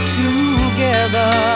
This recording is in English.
together